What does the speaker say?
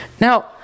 Now